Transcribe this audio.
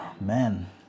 Man